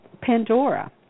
Pandora